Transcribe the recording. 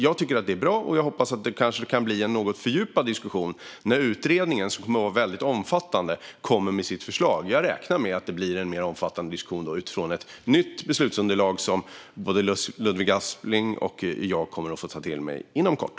Jag tycker att detta är bra och hoppas att det kan bli en något mer fördjupad diskussion när utredningen, som kommer att vara omfattande, kommer med sitt förslag. Jag räknar med att det blir en mer omfattande diskussion då utifrån ett nytt beslutsunderlag som både Ludvig Aspling och jag kommer att få ta till oss inom kort.